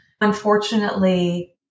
unfortunately